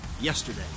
yesterday